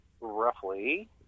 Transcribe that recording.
roughly